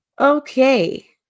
Okay